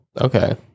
okay